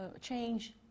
change